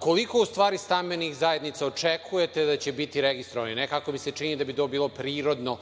Koliko u stvari stambenih zajednica očekujete da će biti registrovano? Nekako mi se čini da bi to bilo prirodno